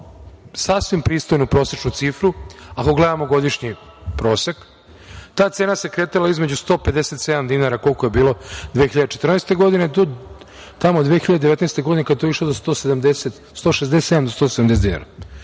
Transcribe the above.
sasvim pristojnu prosečnu cifru ako gledamo godišnji prosek. Ta cena se kretala između 157 dinara, kolika je bila 2014. godine do tamo 2019. godine kada je to išlo do 167, 170 dinara.